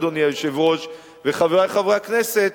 אדוני היושב-ראש וחברי חברי הכנסת,